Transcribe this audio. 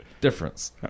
Difference